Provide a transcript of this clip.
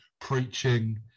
preaching